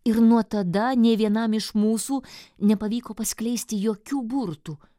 ir nuo tada nė vienam iš mūsų nepavyko paskleisti jokių burtų